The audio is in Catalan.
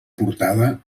portada